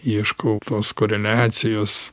ieškau tos koreliacijos